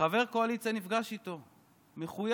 וחבר קואליציה נפגש איתו מחויך,